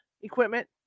equipment